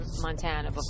montana